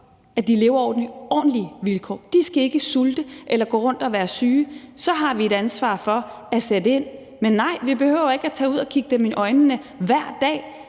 at de lever under ordentlige vilkår. De skal ikke sulte eller gå rundt og være syge; så har vi et ansvar for at sætte ind. Men nej, vi behøver ikke at tage ud at kigge dem i øjnene hver dag,